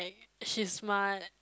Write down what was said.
she's smart